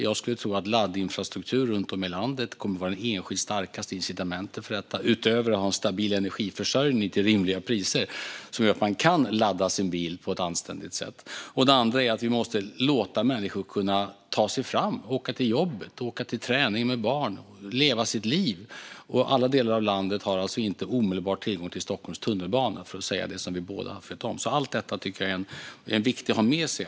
Jag skulle tro att laddinfrastruktur runt om i landet kommer att vara det enskilt starkaste incitamentet för detta, utöver att ha en stabil energiförsörjning till rimliga priser som gör att man kan ladda sin bil på ett anständigt sätt. Det andra är att vi måste låta människor kunna ta sig fram, åka till jobbet, åka till träningen med barn och leva sitt liv. Alla delar av landet har inte omedelbar tillgång till Stockholms tunnelbana - för att säga det som vi båda vet om. Allt detta tycker jag är viktigt att ha med sig.